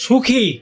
সুখী